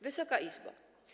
Wysoka Izbo!